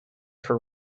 for